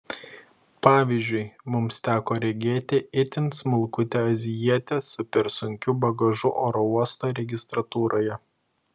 pavyzdžiui mums teko regėti itin smulkutę azijietę su per sunkiu bagažu oro uosto registratūroje